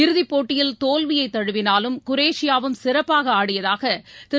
இறுதிப் போட்டியில் தோல்வியை தழுவிளாலும் குரோஷியாவும் சிறப்பாக அடியதாக திரு